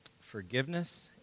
forgiveness